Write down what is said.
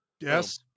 Yes